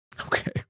Okay